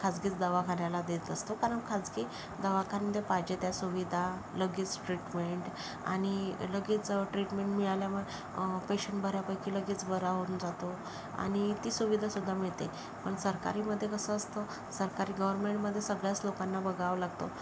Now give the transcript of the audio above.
खाजगीच दवाखान्याला देत असतो कारण खाजगी दवाखान्यात पाहिजे त्या सुविधा लगेच ट्रीटमेंट आणि लगेच ट्रीटमेंट मिळाल्यामुळे पेशंट बऱ्यापैकी लगेच बरा होऊन जातो आणि ती सुविधासुद्धा मिळते पण सरकारीमध्ये कसं असतं सरकारी गव्हर्नमेंटमध्ये सगळ्याच लोकांना बघावं लागतं